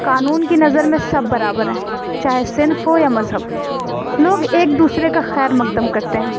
قانون کی نظر میں سب برابر ہیں چاہے صنف ہو یا مذہب لوگ ایک دوسرے کا خیر مقدم کرتے ہیں